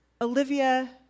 Olivia